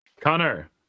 Connor